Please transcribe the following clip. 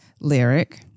Lyric